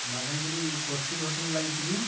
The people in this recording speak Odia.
ମାଲାଙ୍ଗଗିରି କସ୍ତୁରୀ ହୋଟେଲ ଲାଗିଛି କି